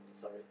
sorry